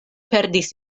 perdis